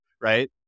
Right